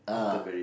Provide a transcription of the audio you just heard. ah